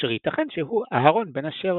אשר ייתכן שהוא אהרון בן אשר,